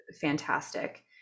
fantastic